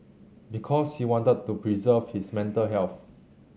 because he wanted to preserve his mental health